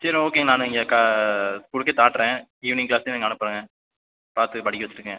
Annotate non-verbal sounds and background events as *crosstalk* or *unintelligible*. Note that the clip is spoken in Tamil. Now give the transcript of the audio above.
சரி ஓகேங்க நான் இங்கே க ஸ்கூலுக்கே *unintelligible* ஈவ்னிங் க்ளாஸ்க்கே நான் அனுப்புகிறேன் பார்த்து படிக்க வச்சுடுங்க